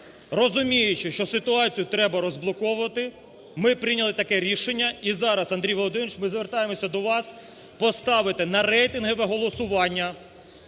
розуміючи, що ситуацію треба розблоковувати, ми прийняли таке рішення і зараз, Андрій Володимирович, ми звертаємося до вас поставити на рейтингове голосування